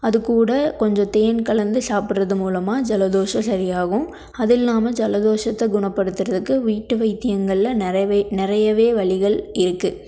அது கூட கொஞ்சம் தேன் கலந்து சாப்பிடுறது மூலமாக ஜலதோஷம் சரியாகும் அது இல்லாம ஜலதோஷத்தை குணப்படுத்துகிறதுக்கு வீட்டு வைத்தியங்களில் நிறையவே நிறையவே வழிகள் இருக்குது